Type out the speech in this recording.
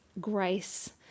grace